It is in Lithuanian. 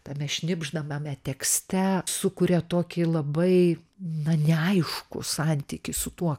tame šnibždame tekste sukuria tokį labai na neaiškų santykis su tuo